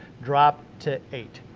drop to eight.